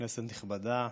כנסת נכבדה,